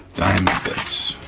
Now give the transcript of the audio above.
diamond bits,